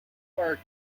park